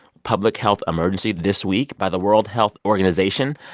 public health emergency this week by the world health organization.